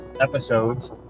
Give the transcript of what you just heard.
episodes